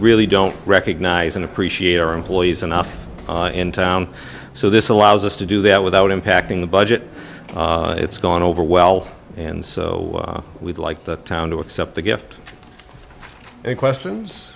really don't recognize and appreciate our employees enough in town so this allows us to do that without impacting the budget it's gone over well and so we'd like the town to accept the gift and questions